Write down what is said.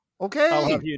Okay